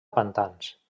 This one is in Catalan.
pantans